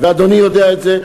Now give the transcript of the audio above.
ואדוני יודע את זה,